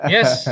Yes